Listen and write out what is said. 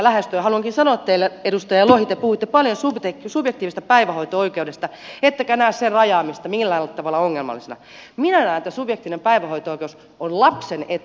haluankin sanoa teille edustaja lohi te puhuitte paljon subjektiivisesta päivähoito oikeudesta ettekä näe sen rajaamista millään tavalla ongelmallisena että minä näen että subjektiivinen päivähoito oikeus on lapsen etu